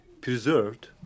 preserved